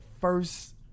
first